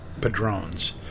padrones